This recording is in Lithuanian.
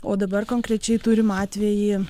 o dabar konkrečiai turim atvejį